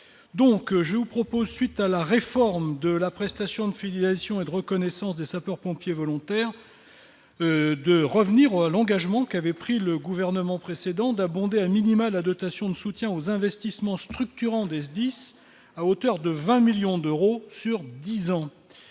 donc je vous propose, suite à la réforme de la prestation de filiation et de reconnaissance des sapeurs-pompiers volontaires, de revenir au à l'engagement qu'avait pris le gouvernement précédent d'abonder à minima, la dotation de soutien aux investissements structurants des SDIS à hauteur de 20 millions d'euros sur 10 ans